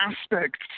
aspects